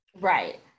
right